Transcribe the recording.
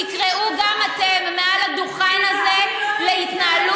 תקראו גם אתם מעל הדוכן הזה להתנהלות אחרת ולשיח אחר.